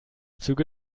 züge